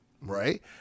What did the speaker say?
right